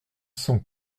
cent